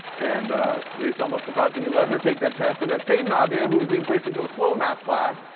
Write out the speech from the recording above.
and they, somewhat surprisingly, let her take that test, and that same nadia who was being placed into a slow math class,